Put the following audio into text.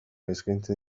eskaintzen